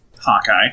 Hawkeye